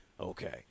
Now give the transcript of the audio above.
Okay